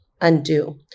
undo